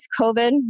COVID